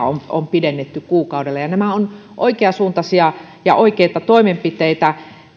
on on pidennetty kuukaudella nämä ovat oikeansuuntaisia ja oikeita toimenpiteitä